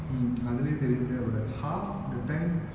mm அதுலயே தெரியுது:athulaye theriyuthu they but a half the time